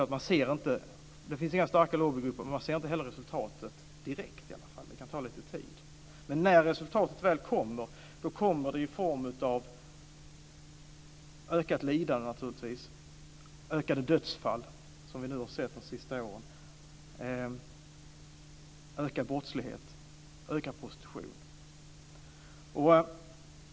Vi ser inte heller resultatet direkt, utan det kan ta lite tid. Men när resultatet väl kommer är det i form av ökat lidande, ökat antal dödsfall, som vi har sett de senaste åren, ökad brottslighet och ökad prostitution.